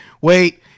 wait